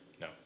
No